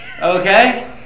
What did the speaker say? okay